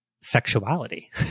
sexuality